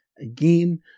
again